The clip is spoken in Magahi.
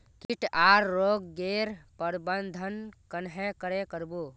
किट आर रोग गैर प्रबंधन कन्हे करे कर बो?